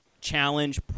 challenge